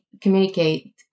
communicate